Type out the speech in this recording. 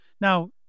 Now